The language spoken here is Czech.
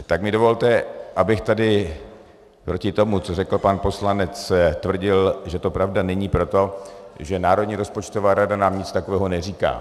Tak mi dovolte, abych tady proti tomu, co řekl pan poslanec, tvrdil, že to pravda není, proto, že Národní rozpočtová rada nám nic takového neříká.